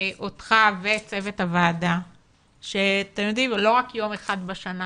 אותך ואת צוות הוועדה שלא רק יום אחד בשנה